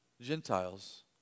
Gentiles